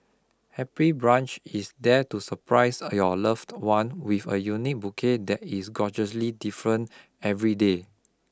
Happy Bunch is there to surprise your loved one with a unique bouquet that is gorgeously different every day